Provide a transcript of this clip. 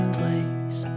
place